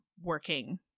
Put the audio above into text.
working